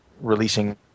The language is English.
releasing